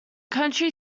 county